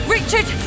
Richard